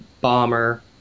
bomber